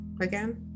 again